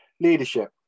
leadership